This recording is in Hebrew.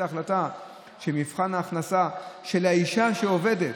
ההחלטה שמבחן ההכנסה של האישה שעובדת,